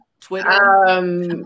Twitter